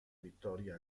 vittoria